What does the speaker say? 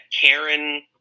Karen